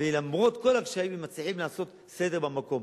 ולמרות כל הקשיים הם מצליחים לעשות סדר במקום.